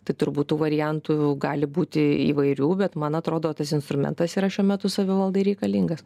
tai turbūt tų variantų gali būti įvairių bet man atrodo tas instrumentas yra šiuo metu savivaldai reikalingas